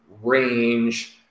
range